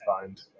find